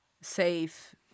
safe